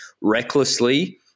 recklessly